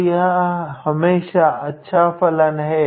तो यह हमेशा अच्छा फलन है